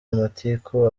amatiku